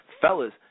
Fellas